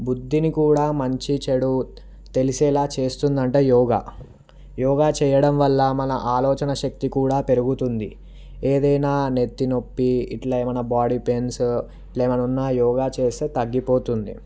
బుద్ధిని కూడా మంచి చెడు తెలిసేలా చేస్తుందట యోగా యోగా చేయడం వల్ల మన ఆలోచన శక్తి కూడా పెరుగుతుంది ఏదైనా నెత్తి నొప్పి ఇట్ల ఏమైనా బాడీ పెయిన్స్ ఇట్లా ఏమైనా ఉన్నా యోగా చేస్తే తగ్గిపోతుంది